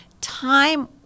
Time